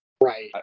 right